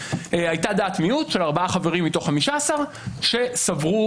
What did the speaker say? הייתה דעת מיעוט של ארבעה חברים מתוך 15. הם סברו